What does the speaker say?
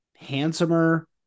handsomer